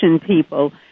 people